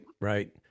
Right